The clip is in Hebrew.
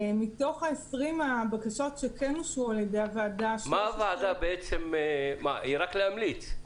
מתוך 20 הבקשות שכן אושרו על ידי הוועדה --- הוועדה היא רק להמליץ?